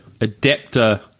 adapter